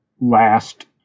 last